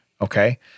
Okay